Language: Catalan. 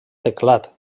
teclat